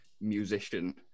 musician